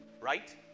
right